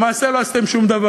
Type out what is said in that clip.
למעשה לא עשיתם שום דבר.